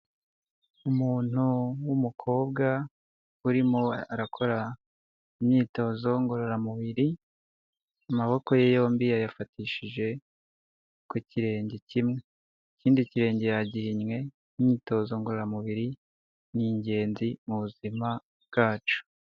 Umuntu w'umukobwa urimo arakora imyitozo ngororamubiri amaboko ye yombi yayafatishije ku kirenge kimwe, ikindi kirenge yagihinnye, imyitozo ngororamubiri ni ingenzi mu buzima bwacu.